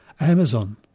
Amazon